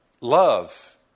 love